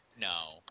No